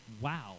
wow